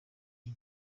nke